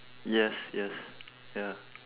yes yes ya